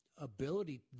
ability